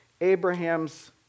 Abraham's